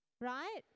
Right